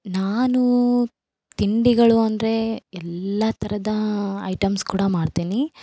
ನಾನು ತಿಂಡಿಗಳು ಅಂದರೆ ಎಲ್ಲ ಥರದಾ ಐಟೆಮ್ಸ್ ಕೂಡ ಮಾಡ್ತೀನಿ